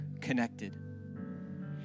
connected